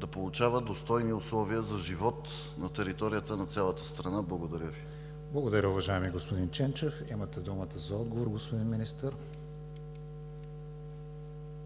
да получава достойни условия за живот на територията на цялата страна. Благодаря Ви. ПРЕДСЕДАТЕЛ КРИСТИАН ВИГЕНИН: Благодаря, уважаеми господин Ченчев. Имате думата за отговор, господин Министър.